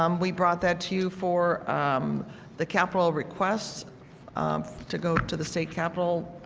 um we brought that to you for um the capital requests to go to the state capital